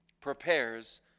prepares